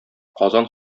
казан